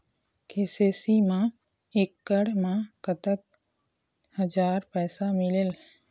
KCC मा एकड़ मा कतक हजार पैसा मिलेल?